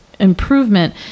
improvement